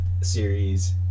series